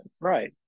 right